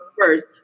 first